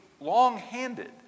long-handed